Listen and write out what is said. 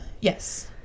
Yes